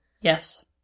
Yes